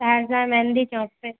سہرسہ مہندی چوک پہ